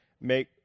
make